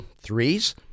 threes